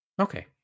Okay